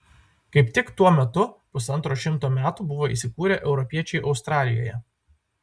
kaip tik tuo metu pusantro šimto metų buvo įsikūrę europiečiai australijoje